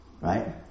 right